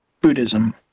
buddhism